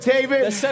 David